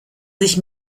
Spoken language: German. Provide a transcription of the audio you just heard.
sich